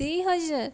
ଦୁଇ ହଜାର